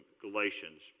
Galatians